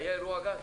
היה אירוע גז.